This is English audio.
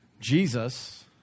Jesus